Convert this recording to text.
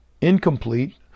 incomplete